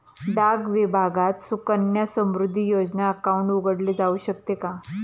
डाक विभागात सुकन्या समृद्धी योजना अकाउंट उघडले जाऊ शकते का?